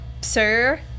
sir